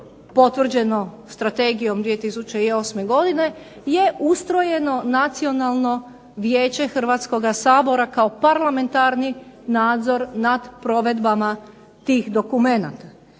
potvrđeno Strategijom 2008. godine je ustrojeno Nacionalno vijeće Hrvatskoga sabora kao parlamentarni nadzor nad provedbama tih dokumenata.